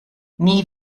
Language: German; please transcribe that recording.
nie